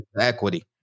equity